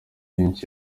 byinshi